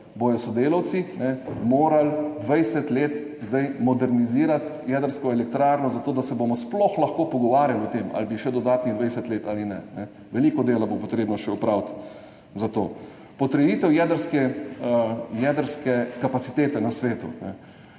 bodo sodelavci morali 20 let zdaj modernizirati jedrsko elektrarno, zato da se bomo sploh lahko pogovarjali o tem, ali bi še dodatnih 20 let ali ne. Veliko dela bo potrebno še opraviti za to. Potrditev jedrske kapacitete v svetu.